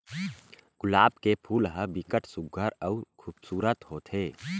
गुलाब के फूल ह बिकट सुग्घर अउ खुबसूरत होथे